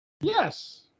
Yes